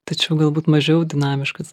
tačiau galbūt mažiau dinamiškas